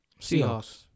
Seahawks